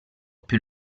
più